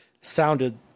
sounded